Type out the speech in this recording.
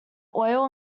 oil